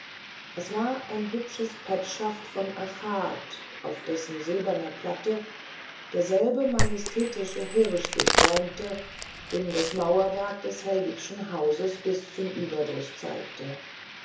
es war ein hübsches petschaft von achat auf dessen silberner platte derselbe majestätische hirsch sich bäumte den das mauerwerk des hellwigschen hauses bis zum ueberdruß zeigte